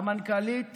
המנכ"לית